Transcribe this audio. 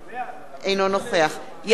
אינו נוכח יעקב כץ,